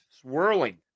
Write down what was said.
swirling